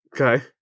Okay